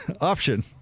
Option